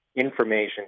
information